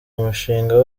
mushinga